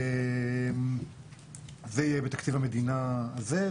זה יהיה בתקציב המדינה הזה,